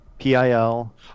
PIL